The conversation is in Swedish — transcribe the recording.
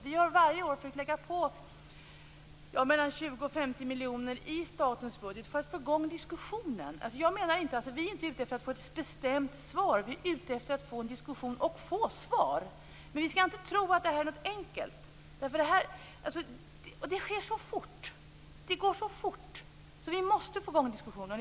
Varje år har vi velat lägga på 20-50 miljoner i statens budget för att få i gång en diskussion. Vi är inte ute efter att få ett bestämt svar. Vi är ute efter att få i gång en diskussion som kan ge svar. Men vi skall inte tro att detta är enkelt. Utvecklingen går så snabbt att vi måste få i gång en diskussion.